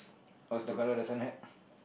what is the colour of the sun hat